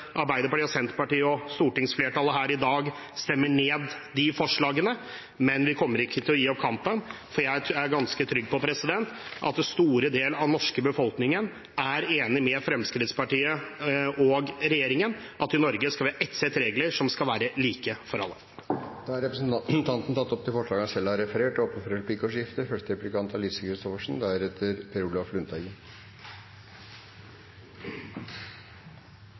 Arbeiderpartiet og Senterpartiet og stortingsflertallet her i dag stemmer ned de forslagene. Men vi kommer ikke til å gi opp kampen, for jeg er ganske trygg på at den store del av den norske befolkningen er enig med Fremskrittspartiet og regjeringen i at i Norge skal vi ha ett sett regler som skal være likt for alle. Representanten Erlend Wiborg har tatt opp det forslaget han refererte til. Det blir replikkordskifte. Representanten Wiborg kommer stadig tilbake til påstanden om at flyktninger har bedre rettigheter enn nordmenn for